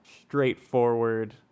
straightforward